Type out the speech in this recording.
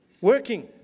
working